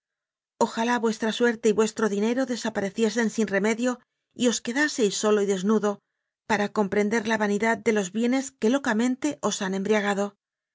ojalá vuestra suerte y vuestro dine ro desapareciesen sin remedio y os quedaseis solo y desnudo para comprender la vanidad de los bie nes que locamente os han embriagado